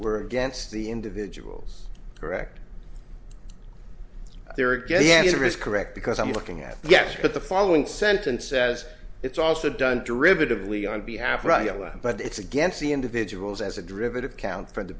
were against the individual's correct there again is a risk correct because i'm looking at yes but the following sentence says it's also done derivative leon b have ra and but it's against the individuals as a derivative count for the